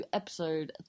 episode